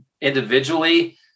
individually